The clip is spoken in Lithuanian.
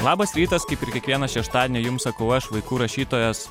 labas rytas kaip ir kiekvieną šeštadienį jums sakau aš vaikų rašytojas